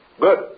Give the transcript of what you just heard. Good